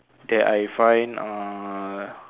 that I find uh